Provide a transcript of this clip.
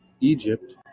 Egypt